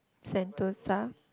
Sentosa